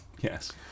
yes